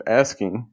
asking